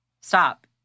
Stop